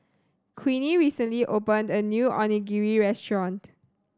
Queenie recently opened a new Onigiri Restaurant